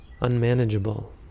Unmanageable